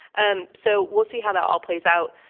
um so we'll see how that all plays out.